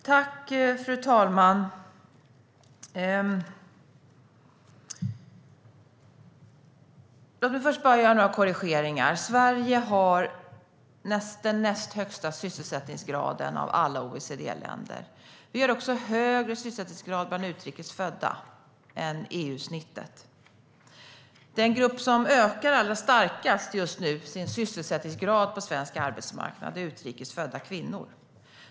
Fru talman! Låt mig först göra några korrigeringar. Sverige har den näst högsta sysselsättningsgraden av alla OECD-länder. Vi har också högre sysselsättningsgrad bland utrikes födda än EU-genomsnittet. Den grupp som just nu ökar sin sysselsättningsgrad allra starkast på svensk arbetsmarknad är utrikes födda kvinnor.